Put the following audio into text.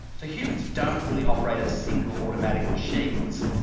so humans don't really operate as single automatic machines,